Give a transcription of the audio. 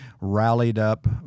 rallied-up